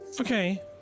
okay